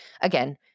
again